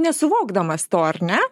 nesuvokdamas to ar ne